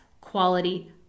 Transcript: quality